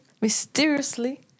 mysteriously